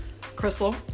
Crystal